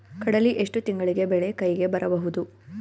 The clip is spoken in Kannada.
ಕಡಲಿ ಎಷ್ಟು ತಿಂಗಳಿಗೆ ಬೆಳೆ ಕೈಗೆ ಬರಬಹುದು?